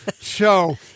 show